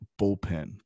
bullpen